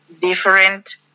different